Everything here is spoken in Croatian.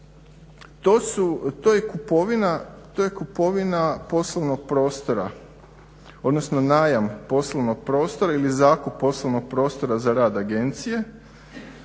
to je kupovina poslovnog prostora, odnosno najam poslovnog prostora ili zakup poslovnog prostora za rad agencije.